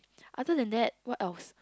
after than that what else